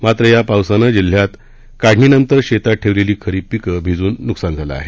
मात्र या पावसानं जिल्ह्यात काढणीनंतर शेतात ठेवलेली खरिप पिकं भिजून न्कसान झालं आहे